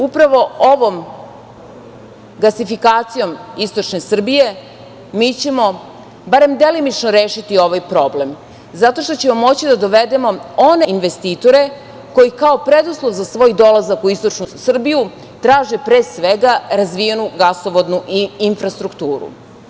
Upravo ovom gasifikacijom istočne Srbije mi ćemo barem delimično rešiti ovaj problem, zato što ćemo moći da dovedemo one investitore koji kao preduslov za svoj dolazak u istočnu Srbiju traže pre svega razvijenu gasovodnu i infrastrukturu.